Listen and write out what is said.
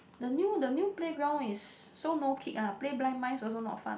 the new the new playground is so no kick ah play blind mice also not fun